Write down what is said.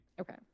okay